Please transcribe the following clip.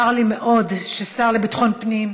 צר לי מאוד שהשר לביטחון פנים,